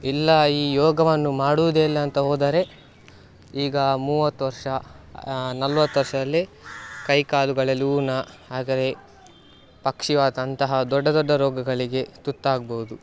ಇಲ್ಲ ಈ ಯೋಗವನ್ನು ಮಾಡುವುದೇ ಇಲ್ಲ ಅಂತ ಹೋದರೆ ಈಗ ಮೂವತ್ತು ವರ್ಷ ನಲ್ವತ್ತು ವರ್ಷದಲ್ಲಿ ಕೈ ಕಾಲುಗಳಲ್ಲಿ ಊನ ಆದರೆ ಪಕ್ಷಿವಾತಂತಹ ದೊಡ್ಡ ದೊಡ್ಡ ರೋಗಗಳಿಗೆ ತುತ್ತಾಗ್ಬೋದು